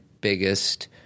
biggest